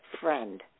friend